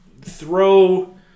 throw